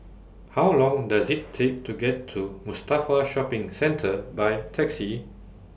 How Long Does IT Take to get to Mustafa Shopping Centre By Taxi